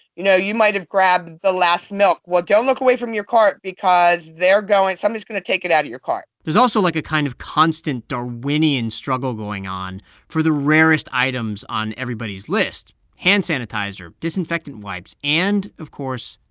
you know, you might've grabbed the last milk. well, don't look away from your cart because they're going somebody's going to take it out of your cart there's also, like, a kind of constant darwinian struggle going on for the rarest items on everybody's list hand sanitizer, disinfectant wipes and, of course,